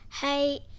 Hey